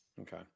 Okay